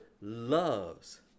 loves